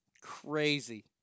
Crazy